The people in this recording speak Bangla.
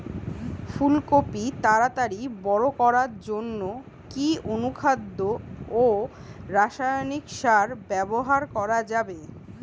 ফুল কপি তাড়াতাড়ি বড় করার জন্য কি অনুখাদ্য ও রাসায়নিক সার ব্যবহার করা যাবে?